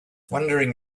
wandering